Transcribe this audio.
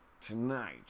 Tonight